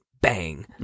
bang